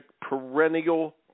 perennial